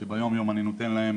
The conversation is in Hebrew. שביום-יום אנחנו נותנים להם,